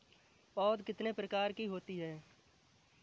पौध कितने प्रकार की होती हैं?